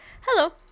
Hello